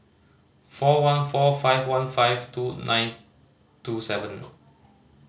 four one four five one five two nine two seven